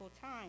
time